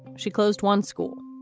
she closed one school.